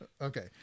Okay